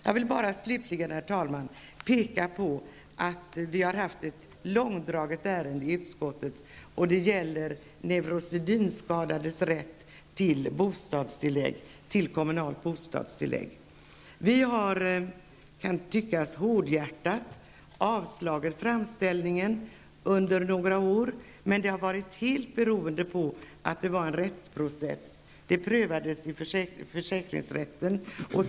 Jag vill slutligen, herr talman, påpeka att vi har haft ett långtdraget ärende till behandling i utskottet. Det gäller neurosedynskadades rätt till kommunalt bostadstillägg. Vi har, kan det tyckas, hårdhjärtat avslagit framställningen under några år, men det har varit helt beroende på att det har varit en rättsprocess. Ärendet prövades i försäkringsrätten.